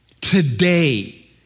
today